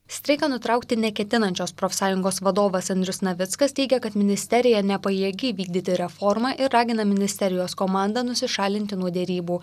streiką nutraukti neketinančios profsąjungos vadovas andrius navickas teigia kad ministerija nepajėgi vykdyti reformą ir ragina ministerijos komandą nusišalinti nuo derybų